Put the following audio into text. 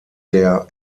der